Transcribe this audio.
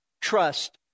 trust